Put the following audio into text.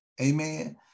Amen